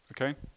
Okay